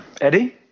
Eddie